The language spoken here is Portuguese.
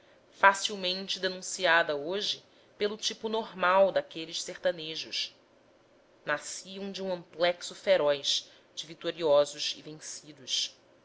facilmente denunciada hoje pelo tipo normal daqueles sertanejos nasciam de um amplexo feroz de vitoriosos e vencidos